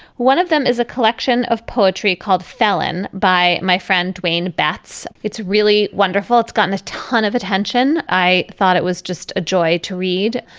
one of them is a collection of poetry called felon by my friend dwayne betts. it's really wonderful it's gotten a ton of attention. i thought it was just a joy to read.